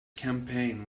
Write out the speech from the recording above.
campaign